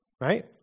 Right